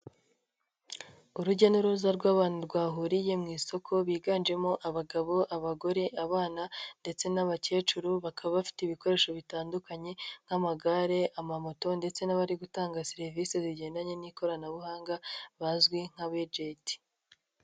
Urujya n'uruza rw'abantu rwahuriye mu isoko biganjemo abagabo, abagore, abana ndetse n'abakecuru bakaba bafite ibikoresho bitandukanye nk'amagare, amamoto ndetse n'abari gutanga serivise zigendanye n'ikoranabuhanga bazwi nk'abejenti.